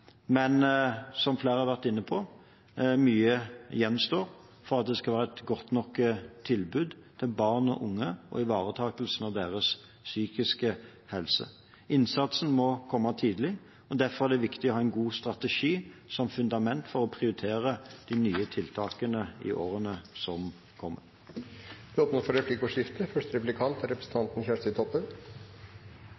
men – som flere har vært inne på – mye gjenstår for at det skal være et godt nok tilbud til barn og unge når det gjelder ivaretakelsen av deres psykiske helse. Innsatsen må komme tidlig. Derfor er det viktig å ha en god strategi som fundament for å prioritere de nye tiltakene i årene som kommer. Det blir replikkordskifte.